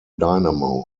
dynamo